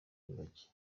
ingagi